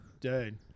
dude